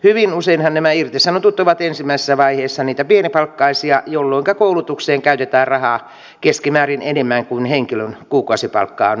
hyvin useinhan nämä irtisanotut ovat ensimmäisessä vaiheessa niitä pienipalkkaisia jolloinka koulutukseen käytetään rahaa keskimäärin enemmän kuin henkilön kuukausipalkka on ollut